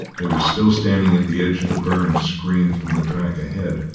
they were still standing at the edge of the burn, screened from the track ahead,